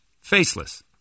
Faceless